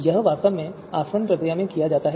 यह वास्तव में आसवन प्रक्रिया में किया जाता है